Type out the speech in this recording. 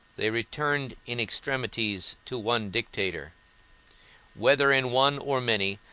they returned in extremities to one dictator whether in one or many,